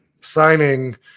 signing